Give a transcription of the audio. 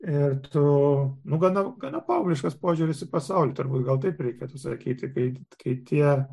ir tu nu gana gana paaugliškas požiūris į pasaulį turbūt gal taip reikėtų sakyti kai kai tie